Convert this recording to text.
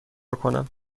کنم